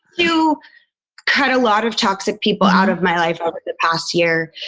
do cut a lot of toxic people out of my life over the past year.